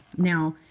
now,